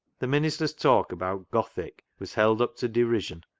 the minister's talk about gothic was held up to derision,